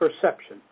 perception